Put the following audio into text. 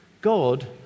God